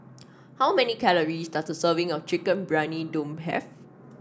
how many calories does a serving of Chicken Briyani Dum have